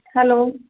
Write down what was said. hello